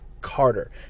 Carter